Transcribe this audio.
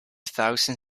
thousand